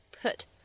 put